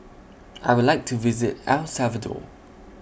I Would like to visit El Salvador